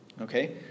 Okay